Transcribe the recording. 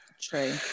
True